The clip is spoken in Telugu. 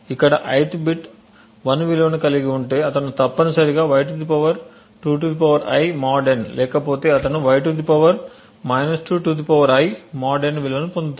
ఇక్కడ ith బిట్ 1 విలువను కలిగి ఉంటే అతను తప్పనిసరిగా y 2 I mod n లేకపోతే అతను y 2 I mod n విలువను పొందుతాడు